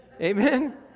Amen